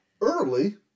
Early